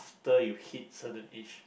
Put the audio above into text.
you hit certain age